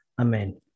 Amen